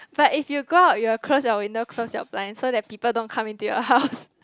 but if you go you've close your window close your blind so that people don't come in to your house